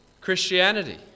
christianity